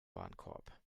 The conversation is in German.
warenkorb